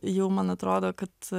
jau man atrodo kad